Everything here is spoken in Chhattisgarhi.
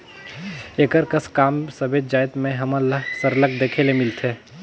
एकर कस काम सबेच जाएत में हमन ल सरलग देखे ले मिलथे